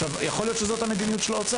עכשיו, יכול להיות שזו המדיניות של האוצר